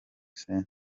center